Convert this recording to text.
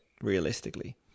realistically